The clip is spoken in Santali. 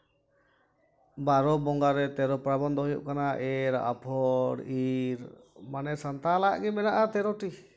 ᱵᱟᱨᱚ ᱵᱚᱸᱜᱟ ᱨᱮ ᱛᱮᱨᱚ ᱯᱟᱨᱵᱚᱱ ᱫᱚ ᱦᱩᱭᱩᱜ ᱠᱟᱱᱟ ᱮᱨ ᱟᱯᱷᱚᱨ ᱤᱨ ᱢᱟᱱᱮ ᱥᱟᱱᱛᱟᱞᱟᱜ ᱜᱮ ᱢᱮᱱᱟᱜᱼᱟ ᱛᱮᱨᱚ ᱴᱤ